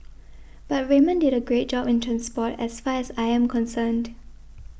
but Raymond did a great job in transport as far as I am concerned